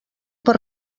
per